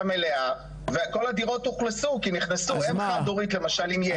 מלאה וכל הדירות אוכלסו כי נכנסו אם חד הורית למשל עם ילד נכנסה.